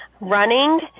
running